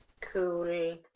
Cool